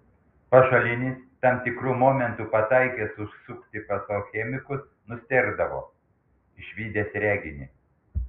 pašalinis tam tikru momentu pataikęs užsukti pas alchemikus nustėrdavo išvydęs reginį